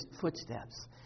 footsteps